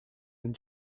and